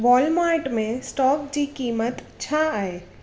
Walmart में stock जी क़ीमत छा आहे